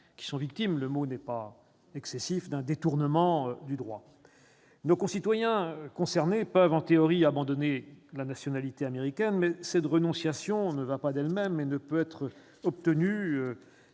personnes victimes- le mot n'est pas excessif -d'un détournement du droit. Nos concitoyens concernés peuvent en théorie abandonner leur nationalité américaine, mais cette renonciation ne peut être obtenue